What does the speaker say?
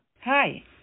Hi